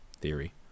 theory